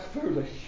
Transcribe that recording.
foolish